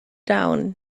down